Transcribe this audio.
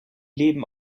leben